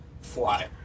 fly